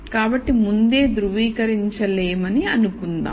కాబట్టి ముందే ధ్రువీకరించలేమని అనుకుందాం